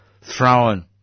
thrown